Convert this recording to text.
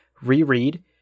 reread